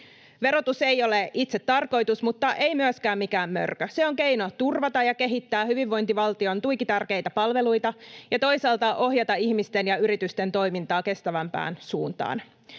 Verotus ei ole itsetarkoitus, mutta ei myöskään mikään mörkö. Se on keino turvata ja kehittää hyvinvointivaltion tuiki tärkeitä palveluita ja toisaalta ohjata ihmisten ja yritysten toimintaa kestävämpään suuntaan.